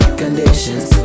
conditions